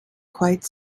quite